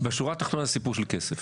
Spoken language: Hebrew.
השורה התחתונה היא שזה בסוף עניין של כסף.